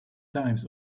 times